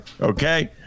okay